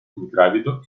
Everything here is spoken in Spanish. ingrávido